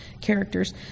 characters